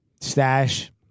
stash